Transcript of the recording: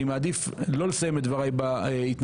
אני מעדיף לא לסיים את דבריי בהתנצחות